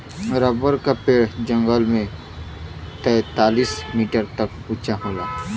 rubber क पेड़ जंगल में तैंतालीस मीटर तक उंचा होला